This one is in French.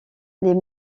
les